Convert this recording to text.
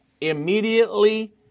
immediately